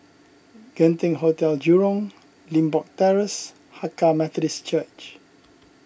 Genting Hotel Jurong Limbok Terrace Hakka Methodist Church